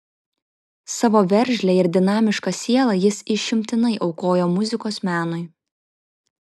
savo veržlią ir dinamišką sielą jis išimtinai aukojo muzikos menui